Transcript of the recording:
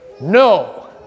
No